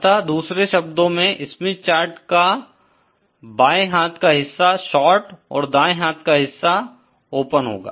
अतः दूसरे शब्दों में स्मिथ चार्ट का बाये हाथ का हिस्सा शार्ट और दाये हाथ का हिस्सा ओपन होगा